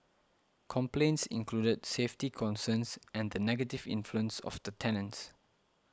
complaints included safety concerns and the negative influence of the tenants